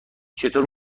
چطور